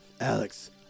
Alex